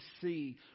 see